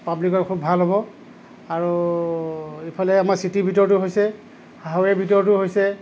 পাৱ্লিকৰ খুব ভাল হ'ব আৰু এইফালে আমাৰ চিটীৰ ভিতৰতো হৈছে হাইৱে ভিতৰতো হৈছে